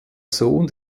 sohn